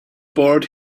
board